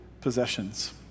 possessions